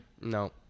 No